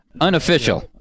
Unofficial